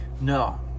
no